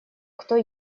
кто